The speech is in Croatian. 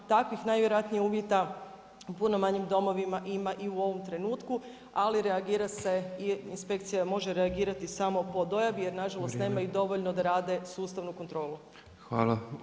Takvih najvjerojatnije uvjeta u puno manjim domovima ima i u ovom trenutku, ali reagira se i inspekcija može reagirati samo po dojavi, jer nažalost, nema ih dovoljno da rade sustavnu kontrolu.